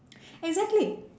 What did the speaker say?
exactly